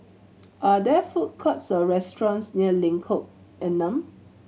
are there food courts or restaurants near Lengkok Enam